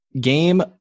game